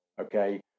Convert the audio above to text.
Okay